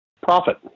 Profit